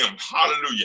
hallelujah